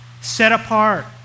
set-apart